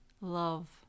love